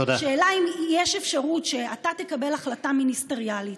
השאלה היא אם יש אפשרות שאתה תקבל החלטה מיניסטריאלית